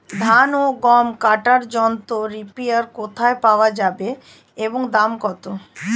ধান ও গম কাটার যন্ত্র রিপার কোথায় পাওয়া যাবে এবং দাম কত?